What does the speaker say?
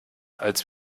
als